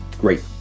Great